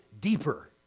Deeper